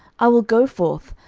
i will go forth,